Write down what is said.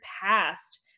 past